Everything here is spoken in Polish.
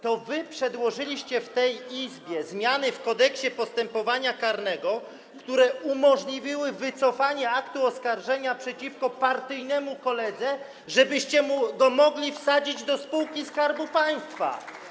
To wy przedłożyliście w tej Izbie zmiany w Kodeksie postępowania karnego, które umożliwiły wycofanie aktu oskarżenia przeciwko partyjnemu koledze, żebyście go mogli wsadzić do spółki Skarbu Państwa.